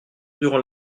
durant